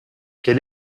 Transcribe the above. quel